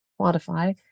quantify